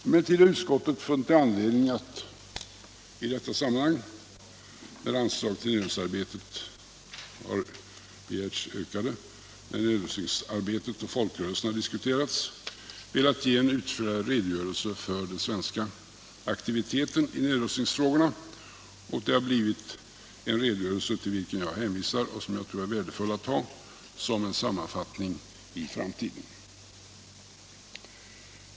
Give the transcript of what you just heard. Emellertid har utskottet funnit anledning att i detta sammanhang, där ökade anslag till nedrustningsarbetet har begärts och folkrörelsernas roll i det sammanhanget diskuterats, velat ge en utförlig redogörelse för den svenska aktiviteten i nedrustningsfrågorna. Det har blivit en redogörelse som jag tror är värdefull att ha som en sammanfattning i framtiden, och jag hänvisar till den.